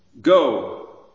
go